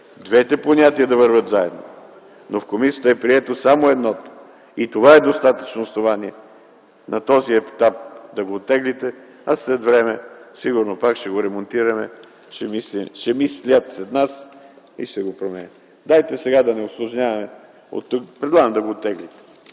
двете понятия да вървят заедно, но в комисията е прието само едното и това е достатъчно основание на този етап да го оттеглите, а след време сигурно пак ще го ремонтираме, ще мислят след нас и ще го променят. Предлагам да го оттеглите.